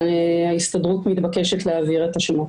שההסתדרות מתבקשת להעביר את השמות.